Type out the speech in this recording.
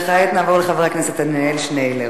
כעת נעבור לחבר הכנסת עתניאל שנלר,